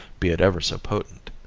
be it ever so potent.